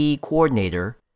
coordinator